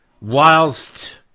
whilst